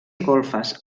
golfes